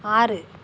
ஆறு